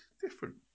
different